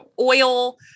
oil